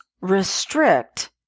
restrict